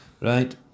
Right